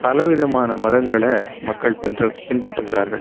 பல விதமான மதங்களை மக்கள் பின் பின்பற்றுகிறார்கள்